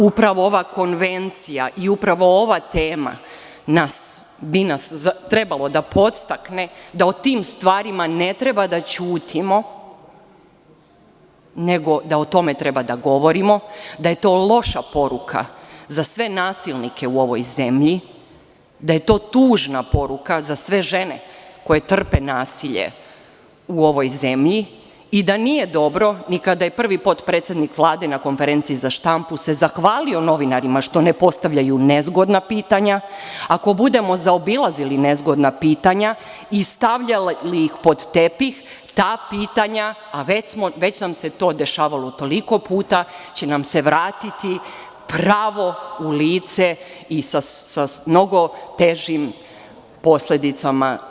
Upravo ova konvencija i upravo ova tema bi nas trebalo da podstakne da o tim stvarima ne treba da ćutimo nego da o tome treba da govorimo, da je to loša poruka za sve nasilnike u ovoj zemlji, da je to tužna poruka za sve žene koje trpe nasilje u ovoj zemlji i da nije dobroni kada se prvi potpredsednik Vlade na konferenciji za štampu zahvalio novinarima što ne postavljaju nezgodna pitanja jer, ako budemo zaobilazili nezgodna pitanja i stavljali ih pod tepih, ta pitanja, a već nam se to dešavalo mnogo puta, će nam se vratiti pravo u lice i sa mnogo težim posledicama.